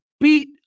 beat